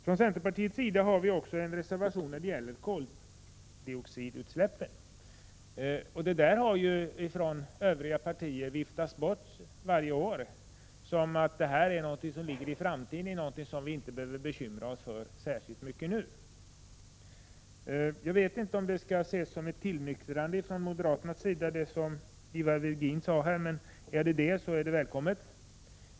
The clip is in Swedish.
Från centerpartiet har vi också en reservation när det gäller koldioxidutsläppen. Denna fråga har övriga partier varje år viftat bort, och det har sagts att detta är någonting som ligger i framtiden och som vi inte behöver bekymra oss för särskilt mycket nu. Jag vet inte om det som Ivar Virgin sade skall ses som ett tillnyktrande från moderaternas sida, men om så är fallet är det välkommet.